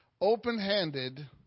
open-handed